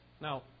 Now